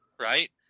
Right